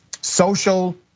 social